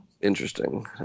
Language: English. interesting